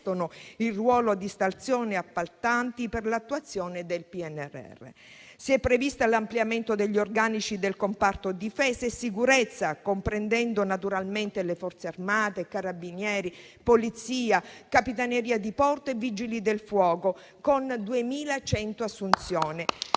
il ruolo di stazioni appaltanti per l'attuazione del PNRR. Si è previsto l'ampliamento degli organici del comparto difesa e sicurezza, comprendendo naturalmente le Forze armate, Carabinieri, Polizia, Capitaneria di porto e Vigili del fuoco, con 2.100 assunzioni.